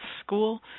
school